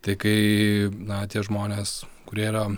tai kai na tie žmonės kurie yra